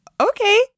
Okay